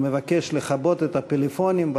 ומבקש לכבות את הפלאפונים,